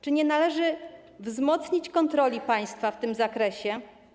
Czy nie należy wzmocnić kontroli państwa w tym zakresie?